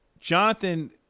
Jonathan